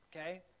Okay